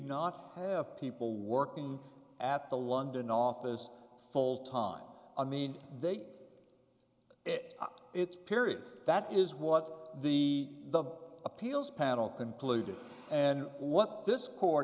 not have people working at the london office full time i mean they are it it's period that is what the the appeals panel concluded and what this